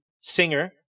singer